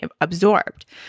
absorbed